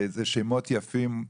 אלה שמות יפים,